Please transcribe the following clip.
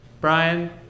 Brian